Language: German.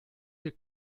hier